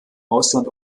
ausland